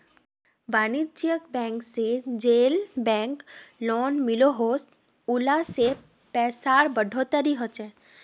वानिज्ज्यिक बैंक से जेल बैंक लोन मिलोह उला से पैसार बढ़ोतरी होछे